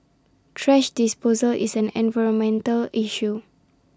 thrash disposal is an environmental issue